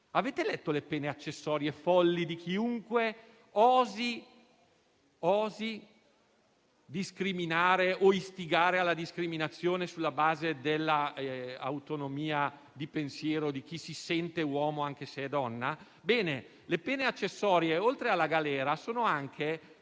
Avete letto le pene accessorie folli per chiunque osi discriminare o istigare alla discriminazione sulla base dell'autonomia di pensiero di chi si sente uomo, anche se è donna? Ebbene, le pene accessorie, oltre alla galera, sono anche